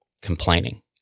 complaining